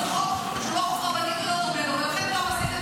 משאיר את המשרות הקיימות על כנן,